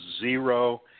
zero